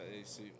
AC